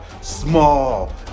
Small